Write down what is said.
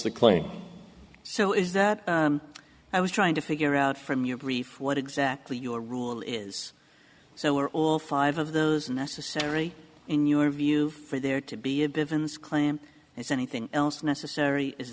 the claim so is that i was trying to figure out from your brief what exactly your rule is so we're all five of those necessary in your view for there to be a difference claim as anything else necessary is